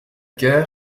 cœur